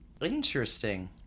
Interesting